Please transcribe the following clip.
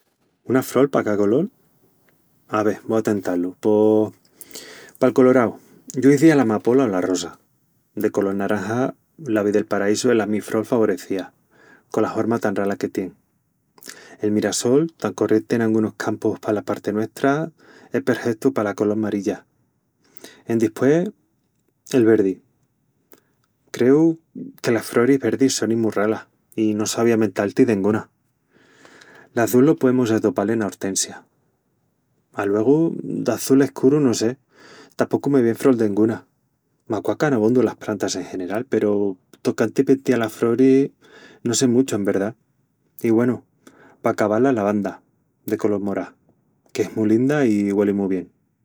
Una frol pa ca colol? Ave... vo a tentá-lu... Pos... pal colorau, yo izía la mapola o la rosa. De colol naranja, l'avi del paraísu es la mi frol favorecía, cola horma tan rala que tien. El mirassol, tan corrienti en angunus campus pala parti nuestra, es perhetu pala colol marilla. Endispués... el verdi, creu que las froris verdis sonin mus ralas i no sabía mental-ti denguna. L'azul lo poemus atopal ena ortensia. Aluegu, d'azul escuru, no sé... tapocu me vien frol denguna. M'aquacan abondu las prantas en general peru tocantimenti alas froris, no sé muchu en verdá... I güenu, pa acabal, la lavanda, de colol morá, qu'es mu linda i güeli mu bien.